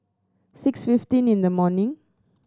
six fifteen in the morning